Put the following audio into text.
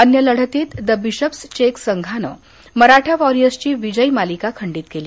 अन्य लढतीत the Bishops चेक संघानं मराठा वॉरियर्सची विजयी मालिका खंडीत केली